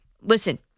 listen